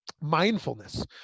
mindfulness